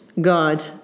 God